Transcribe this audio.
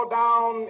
down